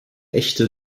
echte